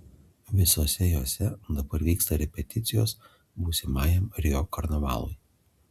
visose jose dabar vyksta repeticijos būsimajam rio karnavalui